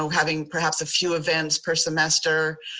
so having perhaps a few events per semester.